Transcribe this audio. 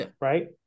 Right